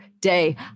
day